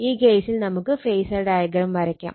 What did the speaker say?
ഈ കേസിൽ നമുക്ക് ഫേസർ ഡയഗ്രം വരക്കാം